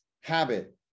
habit